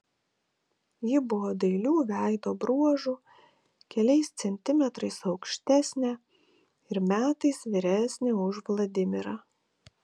ji buvo dailių veido bruožų keliais centimetrais aukštesnė ir metais vyresnė už vladimirą